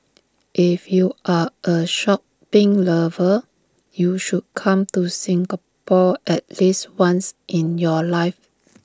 if you are A shopping lover you should come to Singapore at least once in your life